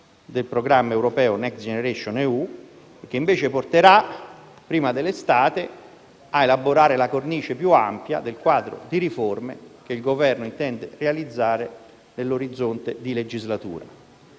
del programma europeo *next generation* EU, che invece porterà prima dell'estate a elaborare la cornice più ampia del quadro di riforme che il Governo intende realizzare nell'orizzonte di legislatura.